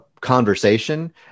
conversation